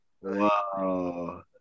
Wow